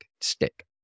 stick